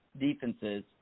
defenses